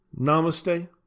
Namaste